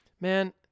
man